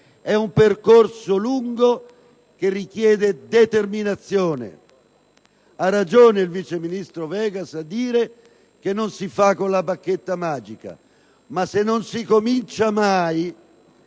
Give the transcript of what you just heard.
È un percorso lungo che richiede determinazione, e ha ragione il vice ministro Vegas a dire che non si fa con la bacchetta magica. Tuttavia, se non si comincia mai,